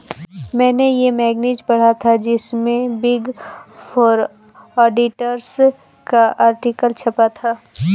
मेने ये मैगज़ीन पढ़ा था जिसमे बिग फॉर ऑडिटर्स का आर्टिकल छपा था